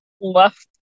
left